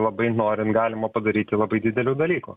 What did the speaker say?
labai norint galima padaryti labai didelių dalykų